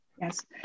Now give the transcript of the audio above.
Yes